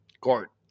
court